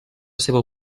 seva